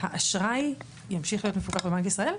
האשראי ימשיך להיות מפוקח בבנק ישראל?